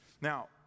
Now